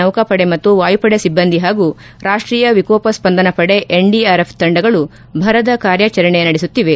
ಸೌಕಾಪಡೆ ಮತ್ತು ವಾಯುಪಡೆ ಸಿಬ್ಬಂದಿ ಹಾಗೂ ರಾಷ್ಟೀಯ ವಿಕೋಪ ಸ್ವಂದನಾ ಪಡೆ ಎನ್ಡಿಆರ್ಎಫ್ ತಂಡಗಳು ಭರದ ಕಾರ್ಯಾಚರಣೆ ನಡೆಸುತ್ತಿವೆ